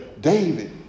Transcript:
David